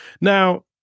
Now